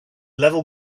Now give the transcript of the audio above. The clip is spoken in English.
level